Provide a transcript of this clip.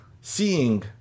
seeing